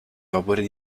vapori